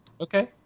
Okay